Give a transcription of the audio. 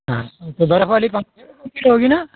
तो बर्फ़ वाली पाँच छः की होगी न